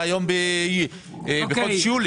אנחנו ביולי.